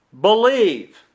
believe